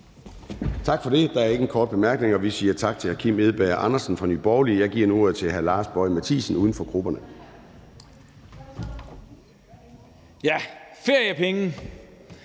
Tak for det. Der er ingen korte bemærkninger, og vi siger tak til hr. Kim Edberg Andersen fra Nye Borgerlige. Jeg giver nu ordet til hr. Lars Boje Mathiesen, uden for grupperne. Kl.